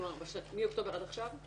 כלומר מאוקטובר עד עכשיו?